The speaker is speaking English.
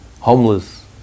Homeless